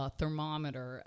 thermometer